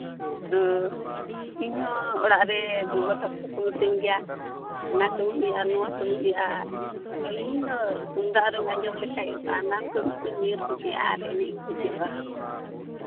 ᱚᱻ ᱤᱧᱦᱚᱸ ᱚᱲᱟᱜ ᱨᱮ ᱜᱚᱜᱚ ᱛᱟᱠᱚ ᱠᱚ ᱢᱤᱛᱟᱹᱧ ᱜᱮᱭᱟ ᱚᱱᱟ ᱠᱟᱹᱢᱤ ᱦᱩᱭᱩᱜᱼᱟ ᱱᱚᱣᱟ ᱠᱟᱹᱢᱤ ᱦᱩᱭᱩᱜᱼᱟ ᱤᱧᱫᱚ ᱛᱩᱢᱫᱟᱜ ᱨᱩᱧ ᱟᱸᱡᱚᱢ ᱞᱮᱠᱷᱟᱱ ᱥᱟᱱᱟᱢ ᱠᱟᱹᱢᱤ ᱠᱚᱧ ᱧᱤᱨ ᱵᱟᱹᱜᱤᱭᱟᱜᱼᱟ ᱟᱨ ᱮᱱᱮᱡ ᱤᱧ ᱦᱤᱡᱩᱜᱼᱟ